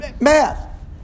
math